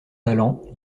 talent